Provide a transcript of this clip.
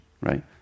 right